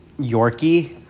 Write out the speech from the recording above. Yorkie